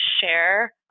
share